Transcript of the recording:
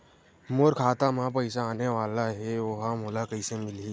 मोर खाता म पईसा आने वाला हे ओहा मोला कइसे मिलही?